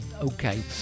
Okay